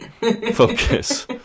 focus